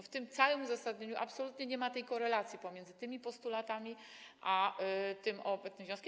W tym całym uzasadnieniu absolutnie nie ma korelacji pomiędzy tymi postulatami a tym obowiązkiem.